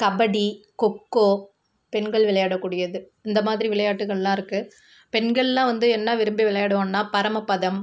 கபடி கொக்கோ பெண்கள் விளையாட கூடியது இந்த மாதிரி விளையாட்டுக்கள்லாம் இருக்குது பெண்கள்லாம் வந்து என்ன விரும்பி விளையாடுவோம்னா பரமபதம்